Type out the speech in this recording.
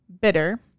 Bitter